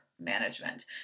management